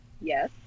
Yes